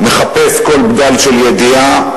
מחפש כל בדל של ידיעה,